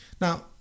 Now